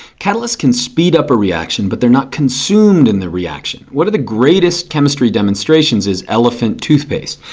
catalysts can speed up a reaction but they're not consumed in the reaction. one of the greatest chemistry demonstrations is elephant toothpaste.